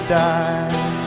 die